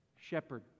shepherd